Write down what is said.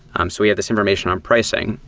um so we have this information on pricing.